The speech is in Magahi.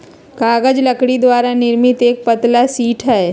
कागज लकड़ी द्वारा निर्मित एक पतला शीट हई